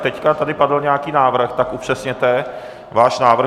Teď tady padl nějaký návrh, tak upřesněte váš návrh.